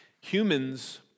Humans